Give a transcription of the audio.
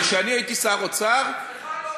כשאני הייתי שר אוצר, אצלך לא.